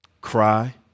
Cry